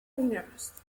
winners